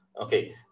okay